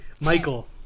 michael